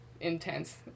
intense